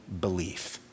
belief